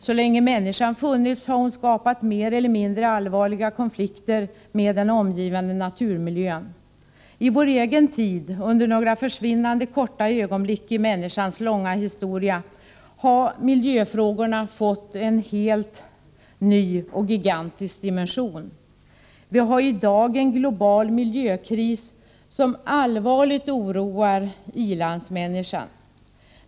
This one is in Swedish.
Så länge människan funnits har hon skapat mer eller mindre allvarliga konflikter med den omgivande naturmiljön. I vår egen tid — under några försvinnande korta ögonblick i människans långa historia — har miljöfrågorna fått en helt ny och gigantisk dimension. Vi har i dag en global miljökris som allvarligt oroar i-landsmänniskan.